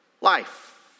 life